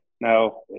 No